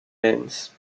lenz